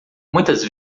muitas